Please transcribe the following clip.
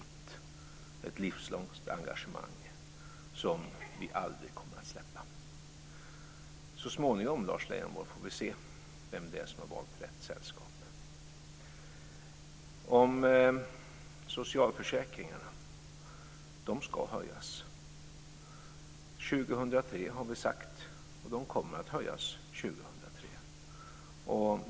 Det är ett livslångt engagemang, som vi aldrig kommer att släppa. Så småningom får vi se, Lars Leijonborg, vem det är som har valt rätt sällskap. Socialförsäkringarna ska höjas 2003, har vi sagt. De kommer att höjas 2003.